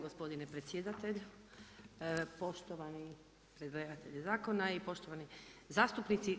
Gospodine predsjedatelju, poštovani predlagatelji zakona, poštovani zastupnici!